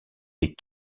des